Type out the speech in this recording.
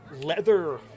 leather